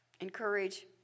Encourage